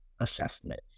assessment